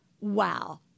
Wow